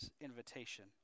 invitation